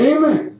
Amen